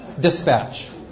dispatch